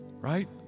right